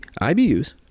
IBUs